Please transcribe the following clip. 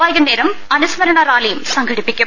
വൈകുന്നേരം അനുസ്മരണ റാലിയും സംഘടിപ്പിക്കും